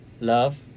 love